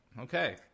Okay